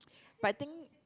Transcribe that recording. but I think